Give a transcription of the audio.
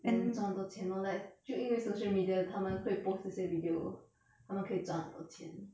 and 赚很多钱 lor like 就因为 social media 他们会 post 这些 video 他们可以赚很多钱